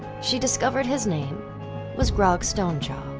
she discovered his name was grog strongjaw.